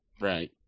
Right